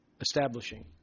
establishing